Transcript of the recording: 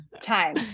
time